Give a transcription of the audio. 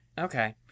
Okay